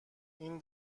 این